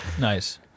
Nice